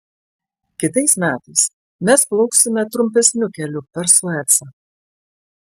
kitais metais mes plauksime trumpesniu keliu per suecą